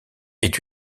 est